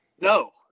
No